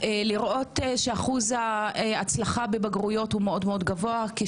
להתבגר כמו כל אחד מאיתנו,